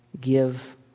give